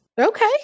Okay